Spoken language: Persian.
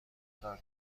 ترک